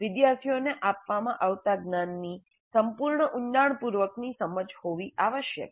વિદ્યાર્થીઓને આપવામાં આવતા જ્ઞાનની સંપૂર્ણ ઉંડાણપૂર્વકની સમજ હોવી આવશ્યક છે